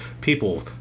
people